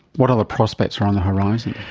what other prospects are on the horizon?